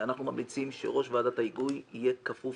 אנחנו ממליצים שראש ועדת ההיגוי יהיה כפוף